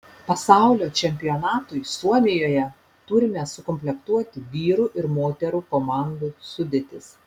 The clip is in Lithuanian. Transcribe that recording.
pasaulio čempionatui suomijoje turime sukomplektuoti vyrų ir moterų komandų sudėtis